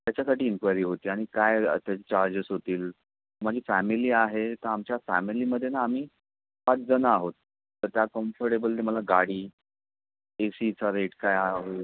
त्याच्यासाठी इन्क्वायरी होती आणि काय आता चार्जेस होतील माझी फॅमिली आहे तर आमच्या फॅमिलीमध्ये ना आम्ही पाचजणं आहोत तर त्या कम्फटेबलनी मला गाडी ए सीचा रेट काय आहे